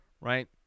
right